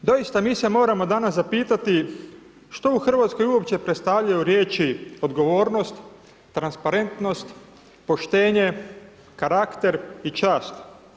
Doista mi se moramo danas zapitati što u Hrvatskoj uopće predstavljaju riječi odgovornost, transparentnost, poštenje, karakter i čast.